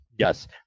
Yes